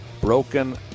broken